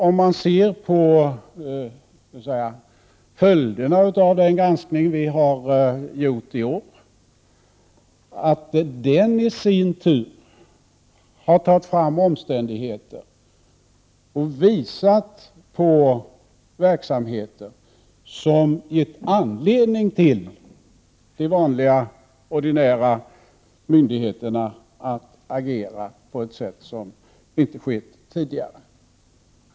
Om man ser på följderna av den granskning som vi har gjort i år, är det alldeles uppenbart att den i sin tur har lyft fram omständigheter och visat på verksamheter som gett de vanliga ordinära myndigheterna anledning att agera på ett sätt som inte skett tidigare.